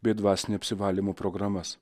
bei dvasinio apsivalymo programas